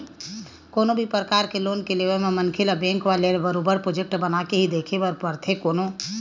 कोनो भी परकार के लोन के लेवब म मनखे ल बेंक वाले ल बरोबर प्रोजक्ट बनाके ही देखाये बर परथे कोनो